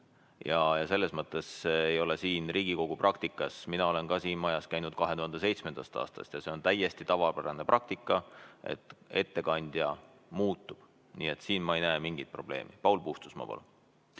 Selles mõttes ei ole see siin Riigikogu praktikas [midagi uut]. Mina olen ka siin majas käinud 2007. aastast ja see on täiesti tavapärane praktika, et ettekandja muutub. Nii et siin ma ei näe mingit probleemi. Paul Puustusmaa, palun!